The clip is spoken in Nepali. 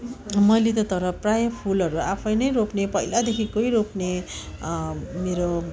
मैले त तर प्रायः फुलहरू आफै नै रोप्ने पहिलादेखिकै रोप्ने मेरो